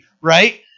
right